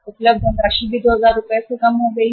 उपलब्ध धनराशि भी 2000 रुपये कम हो गई है